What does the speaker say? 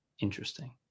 Interesting